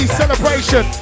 celebration